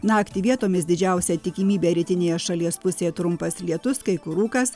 naktį vietomis didžiausia tikimybė rytinėje šalies pusėje trumpas lietus kai kur rūkas